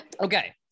Okay